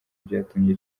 byatumye